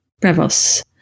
Bravos